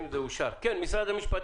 נכון.